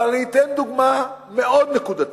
אבל אני אתן דוגמה מאוד נקודתית.